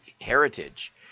heritage